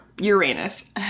Uranus